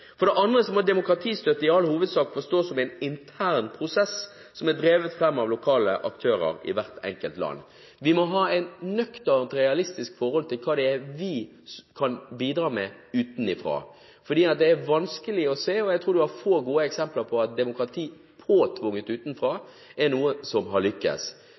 For det andre må demokratiutvikling i all hovedsak forstås som en intern prosess som er drevet fram av lokale aktører i hvert enkelt land. Vi må ha et nøkternt, realistisk forhold til hva det er vi kan bidra med utenfra, fordi det er vanskelig å se – og jeg tror en har få eksempler på – at demokrati påtvunget utenfra er noe som har